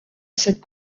cette